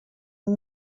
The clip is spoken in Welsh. yng